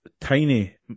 tiny